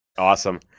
Awesome